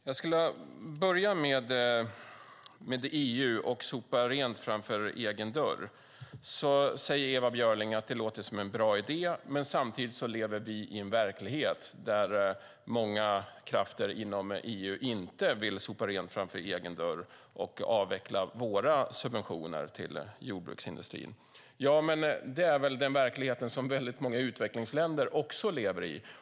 Fru talman! Jag skulle vilja börja med EU och det här med att sopa rent framför egen dörr. Ewa Björling säger att det låter som en bra idé, men att vi samtidigt lever vi i en verklighet där många krafter inom EU inte vill sopa rent framför egen dörr och avveckla våra subventioner till jordbruksindustrin. Men det är den verklighet som många utvecklingsländer också lever i.